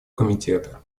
комитета